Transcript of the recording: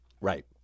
Right